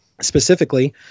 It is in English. specifically